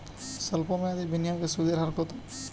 সল্প মেয়াদি বিনিয়োগের সুদের হার কত?